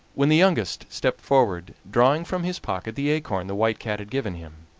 when the youngest stepped forward, drawing from his pocket the acorn the white cat had given him.